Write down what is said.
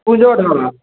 Kunj dhaba